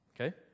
okay